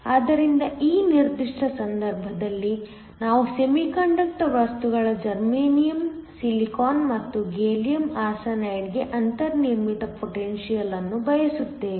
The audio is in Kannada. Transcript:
ಆದ್ದರಿಂದ ಈ ನಿರ್ದಿಷ್ಟ ಸಂದರ್ಭದಲ್ಲಿ ನಾವು ಸೆಮಿಕಂಡಕ್ಟರ್ ವಸ್ತುಗಳ ಜರ್ಮೇನಿಯಮ್ ಸಿಲಿಕಾನ್ಮತ್ತು ಗ್ಯಾಲಿಯಂ ಆರ್ಸೆನೈಡ್ಗೆಅಂತರ್ನಿರ್ಮಿತ ಪೊಟೆನ್ಶಿಯಲ್ ನ್ನು ಬಯಸುತ್ತೇವೆ